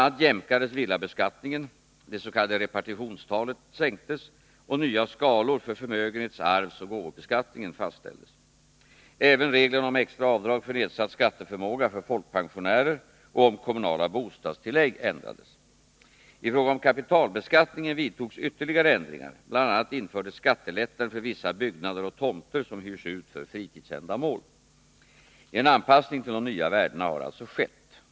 a. jämkades villabeskattningen, det s.k. repartitionstalet sänktes och nya skalor för förmögenhets-, arvsoch gåvobeskattningen fastställdes. Även reglerna om extra avdrag för nedsatt skatteförmåga för folkpensionärer och om kommunala bostadstillägg ändrades. I fråga om kapitalbeskattningen vidtogs ytterligare ändringar, bl.a. infördes skattelättnader för vissa byggnader och tomter som hyrs ut för fritidsändamål. En anpassning till de nya värdena har alltså skett.